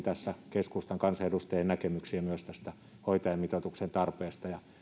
keskustan kansanedustajien näkemyksiä myös tästä hoitajamitoituksen tarpeesta ja